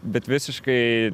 bet visiškai